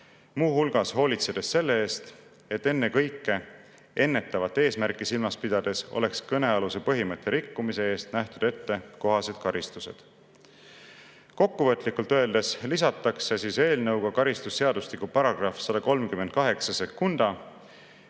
muu hulgas hoolitsedes selle eest, et ennekõike ennetavat eesmärki silmas pidades oleks kõnealuse põhimõtte rikkumise eest nähtud ette kohased karistused. Kokkuvõtlikult öeldes lisatakse eelnõuga karistusseadustikku § 1382,